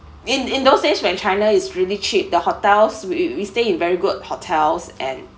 in in those days when china is really cheap the hotels we we stay in very good hotels and